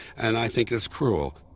and i think it's cruel.